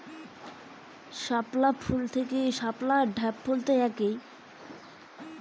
শাপলার বীজ থেকে ঢ্যাপের মোয়া হয়?